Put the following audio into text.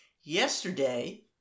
yesterday